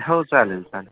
हो चालेल चालेल